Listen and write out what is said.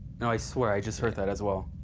no, i swear i just heard that as well.